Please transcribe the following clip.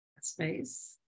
space